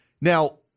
Now